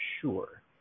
sure